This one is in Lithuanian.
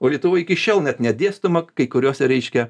o lietuvoj iki šiol net nedėstoma kai kuriuose reiškia